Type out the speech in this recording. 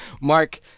Mark